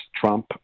trump